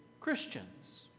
Christians